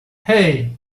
hey